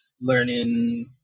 learning